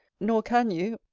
nor can you,